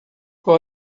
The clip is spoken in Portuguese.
qual